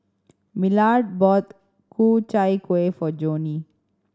Millard bought Ku Chai Kuih for Joni